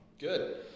Good